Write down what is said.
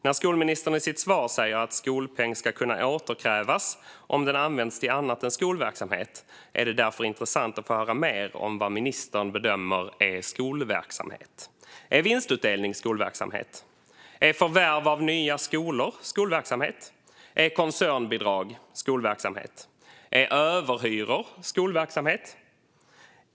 När skolministern i sitt svar säger att skolpeng ska kunna återkrävas om den används till annat än skolverksamhet är det därför intressant att få höra mer om vad ministern bedömer vara skolverksamhet. Är vinstutdelning skolverksamhet? Är förvärv av nya skolor skolverksamhet? Är koncernbidrag skolverksamhet? Är överhyror skolverksamhet?